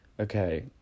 Okay